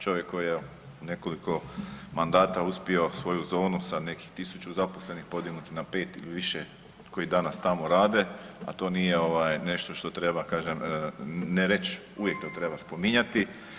Čovjek koji je u nekoliko mandata uspio svoju zonu sa nekih 1.000 zaposlenih podignuti na 5 ili više koji danas tamo rade, a to nije ovaj nešto što treba kažem ne reći, uvijek to treba spominjati.